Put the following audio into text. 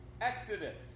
exodus